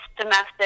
domestic